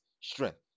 strength